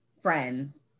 friends